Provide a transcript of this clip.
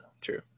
true